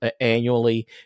annually